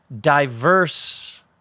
diverse